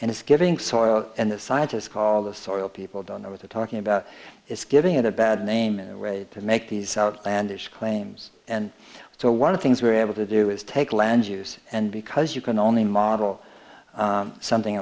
and it's giving soil and the scientists call the soil people don't know what they're talking about is giving it a bad name in a way to make these outlandish claims and so one of things we're able to do is take land use and because you can only model something